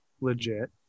legit